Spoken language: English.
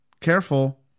careful